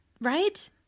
Right